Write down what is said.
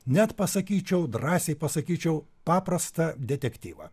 net pasakyčiau drąsiai pasakyčiau paprastą detektyvą